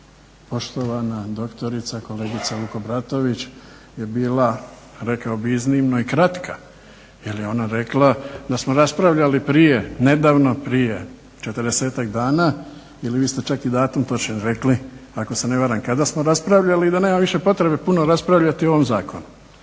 Poštovana doktorica kolegica Vukobratović je bila rekao bih i iznimno kratka, jer je ona rekla da smo raspravljali nedavno prije 40 dana ili vi ste čak i datum točan rekli, ako se ne varam kada smo raspravljali i da nema više potrebe puno raspravljati o ovom zakonu.